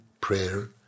prayer